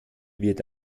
wird